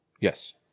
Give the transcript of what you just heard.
yes